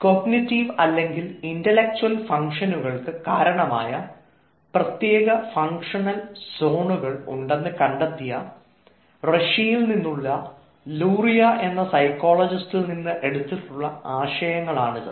cognitive അല്ലെങ്കിൽ intellectual ഫംഗ്ഷനുകൾക്ക് കാരണമായ പ്രത്യേക ഫംഗ്ഷണൽ സോണുകൾ ഉണ്ടെന്ന് കണ്ടെത്തിയ റഷ്യയിൽ നിന്നുള്ള ലൂറിയ എന്ന് സൈക്കോളജിസ്റ്റ് നിന്ന് എടുത്തിട്ടുള്ള ആശയങ്ങളാണിത്